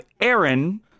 Aaron